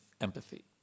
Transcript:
empathy